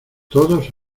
todos